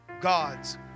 God's